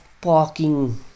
parking